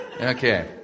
Okay